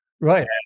Right